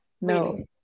no